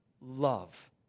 love